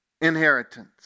inheritance